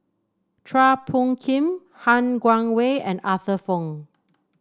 Chua Phung Kim Han Guangwei and Arthur Fong